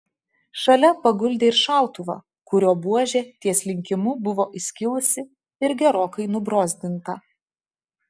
šalia paguldė ir šautuvą kurio buožė ties linkimu buvo įskilusi ir gerokai nubrozdinta